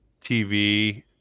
TV